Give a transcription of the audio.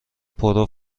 پرو